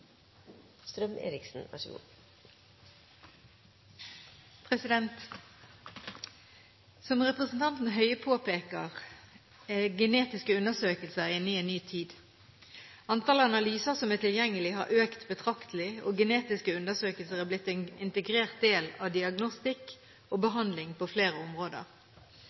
genetiske undersøkelser inne i en ny tid. Antall analyser som er tilgjengelig, har økt betraktelig, og genetiske undersøkelser har blitt en integrert del av diagnostikk og behandling på flere områder.